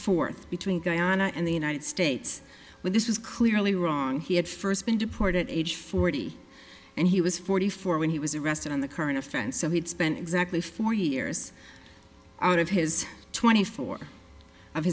forth between guyana and the united states when this was clearly wrong he had first been deported age forty and he was forty four when he was arrested on the current a friend so he'd spent exactly four years out of his twenty four of